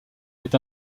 est